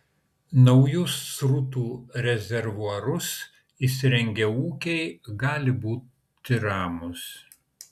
naujus srutų rezervuarus įsirengę ūkiai gali būti ramūs